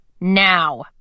now